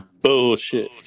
bullshit